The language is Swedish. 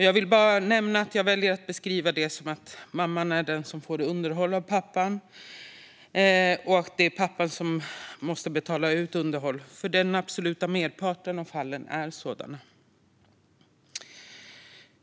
Jag vill nämna att jag väljer att beskriva det som att mamman är den som får underhåll av pappan och att det är pappan som måste betala ut underhåll eftersom den absoluta merparten av fallen är sådana.